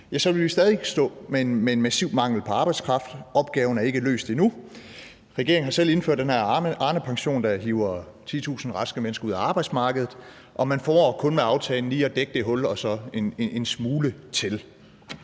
ville vi stadig væk stå med en massiv mangel på arbejdskraft – opgaven er ikke løst endnu. Regeringen har selv indført den her Arnepension, der hiver 10.000 raske mennesker ud af arbejdsmarkedet, og man formår med aftalen kun lige at dække det hul og så en smule til.